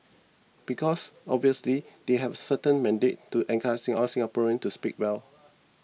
because obviously they have certain mandate to encourage all Singaporeans to speak well